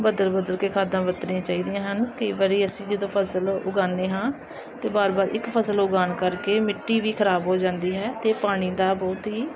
ਬਦਲ ਬਦਲ ਕੇ ਖਾਦਾਂ ਵਰਤਣੀਆਂ ਚਾਹੀਦੀਆਂ ਹਨ ਕਈ ਵਾਰੀ ਅਸੀਂ ਜਦੋਂ ਫਸਲ ਉਗਾਉਂਦੇ ਹਾਂ ਤਾਂ ਵਾਰ ਵਾਰ ਇੱਕ ਫਸਲ ਉਗਾਉਣ ਕਰਕੇ ਮਿੱਟੀ ਵੀ ਖਰਾਬ ਹੋ ਜਾਂਦੀ ਹੈ ਅਤੇ ਪਾਣੀ ਦਾ ਬਹੁਤ ਹੀ